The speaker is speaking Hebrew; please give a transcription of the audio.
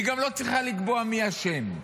היא גם לא צריכה לקבוע מי אשם.